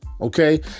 Okay